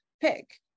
pick